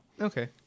Okay